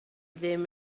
ddim